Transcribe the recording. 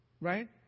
Right